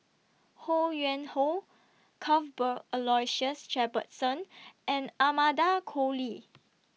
Ho Yuen Hoe Cuthbert Aloysius Shepherdson and Amanda Koe Lee